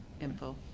info